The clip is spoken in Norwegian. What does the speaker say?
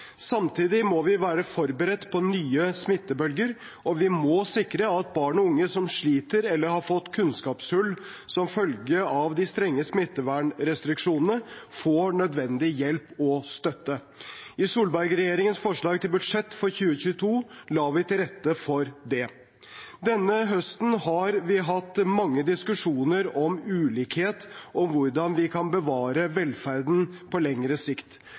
Samtidig må vi være forberedt på nye smittebølger, og vi må sikre at barn og unge som sliter eller har fått kunnskapshull som følge av de strenge smittevernrestriksjonene, får nødvendig hjelp og støtte. I Solberg-regjeringens forslag til budsjett for 2022 la vi til rette for det. Denne høsten har vi hatt mange diskusjoner om ulikhet og hvordan vi kan bevare velferden på lengre sikt.